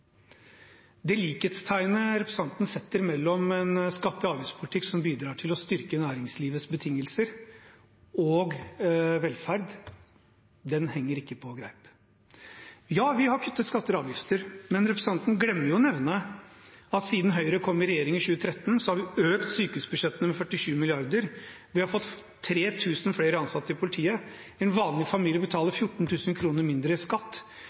Det likhetstegnet representanten setter mellom en skatte- og avgiftspolitikk som bidrar til å styrke næringslivets betingelser, og velferd, henger ikke på greip. Ja, vi har kuttet skatter og avgifter, men representanten glemmer å nevne at siden Høyre kom i regjering i 2013, har vi økt sykehusbudsjettene med 47 mrd. kr, vi har fått 3 000 flere ansatte i politiet, en vanlig familie betaler 14 000 kr mindre i skatt,